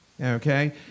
okay